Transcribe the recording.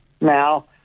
Now